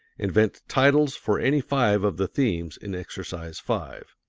invent titles for any five of the themes in exercise five.